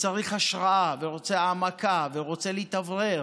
וצריך השראה, ורוצה העמקה, ורוצה להתאוורר.